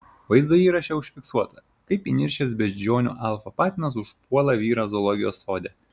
vaizdo įraše užfiksuota kaip įniršęs beždžionių alfa patinas užpuola vyrą zoologijos sode